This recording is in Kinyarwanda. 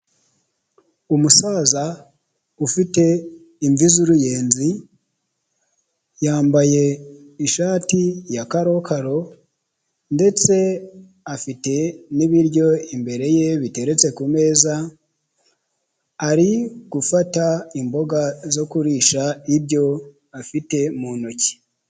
Umusaza ufite imvi z'uruyenzi yambaye ishati ya karokaro ndetse afite n'ibiryo imbere ye biteretse ku meza ari gufata imboga zo kurisha ibyo afite mu ntoki.